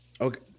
Okay